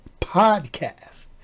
podcast